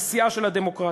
שהיא שיאה של הדמוקרטיה.